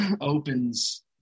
opens